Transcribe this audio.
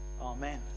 Amen